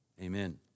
Amen